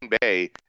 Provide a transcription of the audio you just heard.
Bay